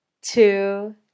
two